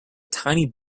tiny